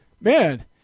man